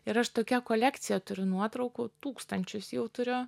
ir aš tokią kolekciją turiu nuotraukų tūkstančius jau turiu